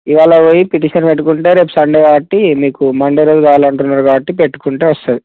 ఇవాళ పోయి పిటిషన్ పెట్టుకుంటే రేపు సండే కాబట్టి మీకు మండే రోజు కావాల్లంటున్నారు కాబట్టి పెట్టుకుంటే వస్తుంది